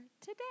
today